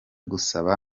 gusaba